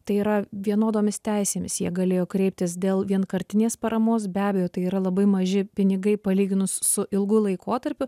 tai yra vienodomis teisėmis jie galėjo kreiptis dėl vienkartinės paramos be abejo tai yra labai maži pinigai palyginus su ilgu laikotarpiu